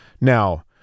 Now